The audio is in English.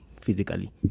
physically